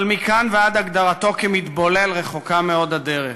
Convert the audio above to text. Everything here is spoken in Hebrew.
אבל מכאן ועד הגדרתו כמתבולל רחוקה מאוד הדרך.